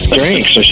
drinks